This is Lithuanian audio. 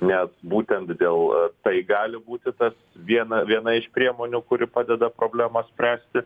nes būtent dėl tai gali būti tas viena viena iš priemonių kuri padeda problemas spręsti